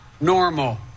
normal